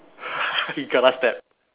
you kena stabbed